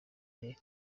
imibare